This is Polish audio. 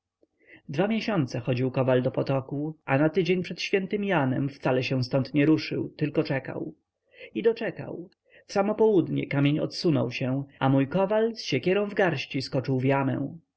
dwa miesiące chodził kowal do potoku a na tydzień przed świętym janem wcale się ztąd nie ruszył tylko czekał i doczekał w samo południe kamień odsunął się a mój kowal z siekierą w garści skoczył